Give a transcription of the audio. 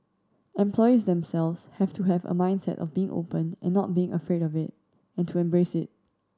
employees themselves have to have a mindset of being open and not being afraid of it and to embrace it